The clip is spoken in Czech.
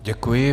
Děkuji.